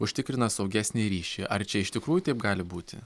užtikrina saugesnį ryšį ar čia iš tikrųjų taip gali būti